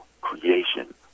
creation